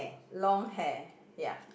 long hair ya